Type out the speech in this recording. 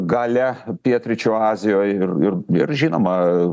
galia pietryčių azijoj ir ir ir žinoma